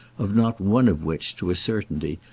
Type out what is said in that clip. of not one of which, to a certainty,